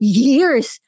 years